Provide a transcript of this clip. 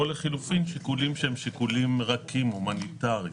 או לחילופין שיקולים רכים הומניטריים,